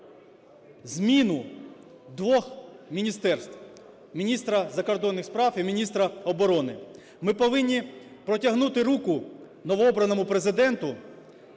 зміну двох міністерств – міністра закордонних справ і міністра оборони. Ми повинні протягнути руку новообраному Президенту